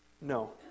No